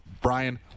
Brian